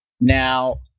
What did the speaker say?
Now